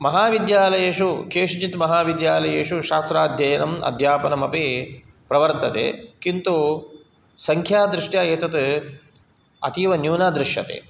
महाविद्यालयेषु केषुचित् महाविद्यालयेषु शास्त्राध्ययनम् अध्यापनमपि प्रवर्तते किन्तु सङ्ख्यादृष्ट्या एतत् अतीवन्यूना दृश्यते